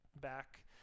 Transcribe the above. back